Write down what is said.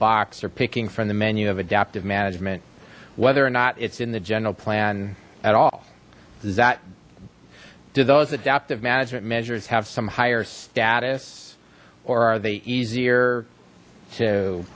box or picking from the menu of adaptive management whether or not it's in the general plan at all does that do those adaptive management measures have some higher status or are they easier to